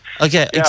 Okay